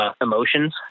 Emotions